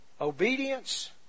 obedience